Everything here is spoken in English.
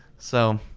so.